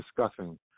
discussing